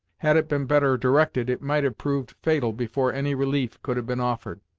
had it been better directed it might have proved fatal before any relief could have been offered.